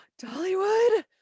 Dollywood